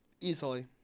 Easily